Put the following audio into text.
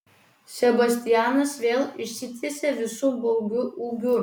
sebastianas vėl išsitiesė visu baugiu ūgiu